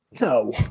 No